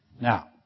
Now